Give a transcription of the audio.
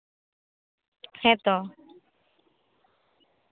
ᱦᱮᱸ ᱛᱚ